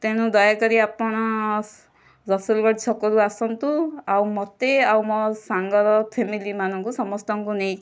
ତେଣୁ ଦୟାକରି ଆପଣ ରସୁଲଗଡ଼ ଛକକୁ ଆସନ୍ତୁ ଆଉ ମତେ ଆଉ ମୋ ସାଙ୍ଗର ଫ୍ଯାମିଲି ମାନଙ୍କୁ ସମସ୍ତଙ୍କୁ ନେଇକି